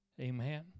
Amen